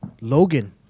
Logan